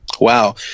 Wow